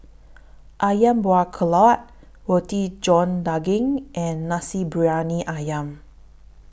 Ayam Buah Keluak Roti John Daging and Nasi Briyani Ayam